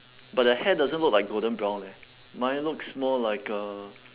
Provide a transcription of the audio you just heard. but the hair doesn't look like golden brown leh mine looks more like uh